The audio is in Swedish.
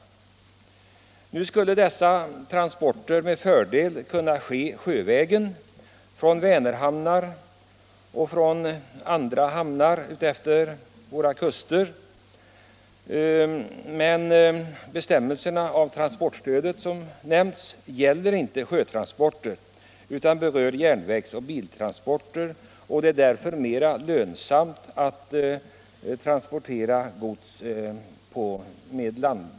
Dessa transporter skulle med fördel kunna gå sjövägen från Vänerhamnar och andra hamnar utefter våra kuster, men transportstöd utgår som nämnts inte för sjötransporter utan endast för transporter per järnväg eller bil. Därför är det också mera lönsamt att transportera gods landvägen.